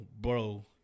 bro